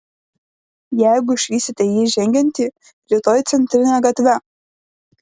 jeigu išvysite jį žengiantį rytoj centrine gatve